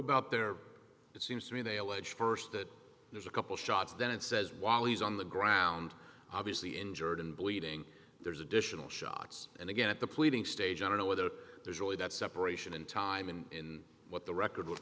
about there it seems to me they allege st that there's a couple shots then it says while he's on the ground obviously injured and bleeding there's additional shots and again at the pleading stage i don't know whether there's really that separation in time and in what the record with